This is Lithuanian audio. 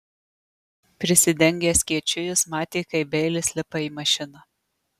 prisidengęs skėčiu jis matė kaip beilis lipa į mašiną